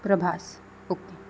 Prabhas okay